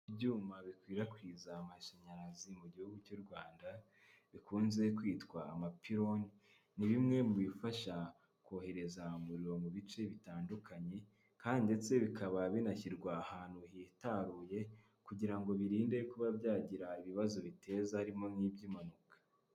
Ibyuma bikwirakwiza amashanyarazi mu gihugu cy'u Rwanda bikunze kwitwa amapironi, ni bimwe mu bifasha kohereza umuriro mu bice bitandukanye kandi ndetse bikaba binashyirwa ahantu hitaruye, kugira ngo birinde kuba byagira ibibazo biteza harimo nk'iby'impanuka.